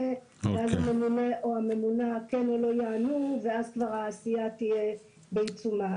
ואז הממונה כן או לא יענה ואז תהיה עתירה בעיצומה.